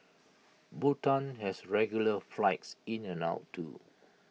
Bhutan has regular flights in and out too